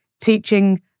teaching